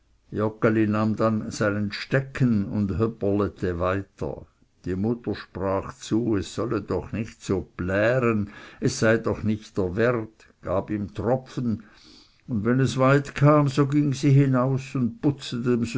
stecken und höpperlete weiters die mutter sprach zu es solle doch nicht so plären es sei doch nicht dr wert gab ihm tropfen und wenn es weit kam so ging sie hinaus und putzte